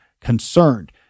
concerned